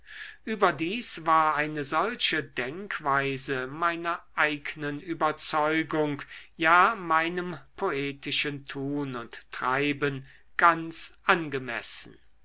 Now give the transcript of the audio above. überdies war eine solche denkweise meiner eignen überzeugung ja meinem poetischen tun und treiben ganz angemessen